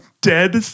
dead